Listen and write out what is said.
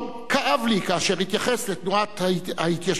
כאב לי כאשר התייחס לתנועת ההתיישבות של